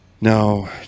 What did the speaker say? no